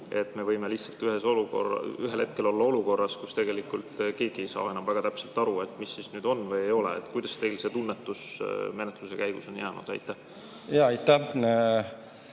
Me võime lihtsalt ühel hetkel olla olukorras, kus tegelikult keegi ei saa enam väga täpselt aru, mis siis nüüd on või ei ole. Mis tunnetus teil menetluse käigus on jäänud? Aitäh,